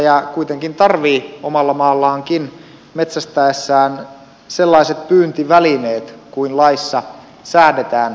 metsästäjä kuitenkin tarvitsee omalla maallaankin metsästäessään sellaiset pyyntivälineet kuin laissa säädetään